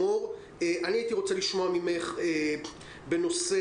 אני רוצה לדבר על הקבוצה שלא שבה.